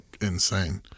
insane